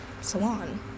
Salon